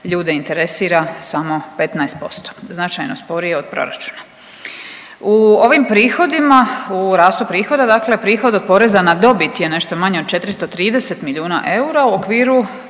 ljude interesira samo 15%, značajno sporije od proračuna. U ovim prihodima, u rastu prihoda, dakle prihod od poreza na dobit je nešto manje od 430 milijuna eura. U okviru